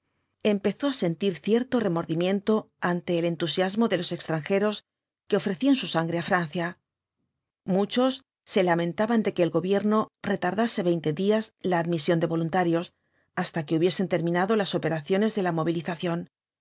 empezó á sentir cierto remordimiento ante el entusiasmo de los extranjeros que ofrecían su sangre á francia muchos se lamentaban de que el gobierno retardase veinte días la admisión de voluntarios hasta que hubiesen terminado las operaciones de la movilización y